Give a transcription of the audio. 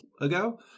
ago